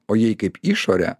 o jei kaip išorę